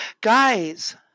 Guys